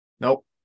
Nope